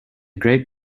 great